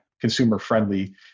consumer-friendly